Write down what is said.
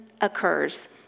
occurs